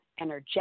energetic